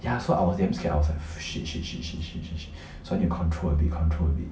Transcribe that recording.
ya so I was damn scared I was like shit shit shit shit shit shit shit so I need to control a bit control a bit